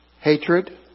hatred